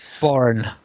born